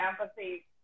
empathy